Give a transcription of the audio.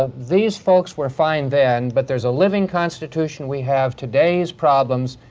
ah these folks were fine then, but there's a living constitution. we have today's problems.